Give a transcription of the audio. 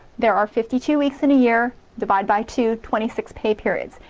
there are fifty two weeks in a year divide by two, twenty six pay periods.